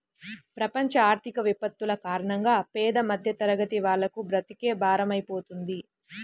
ప్రపంచ ఆర్థిక విపత్తుల కారణంగా పేద మధ్యతరగతి వాళ్లకు బ్రతుకే భారమైపోతుంది